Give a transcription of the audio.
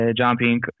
jumping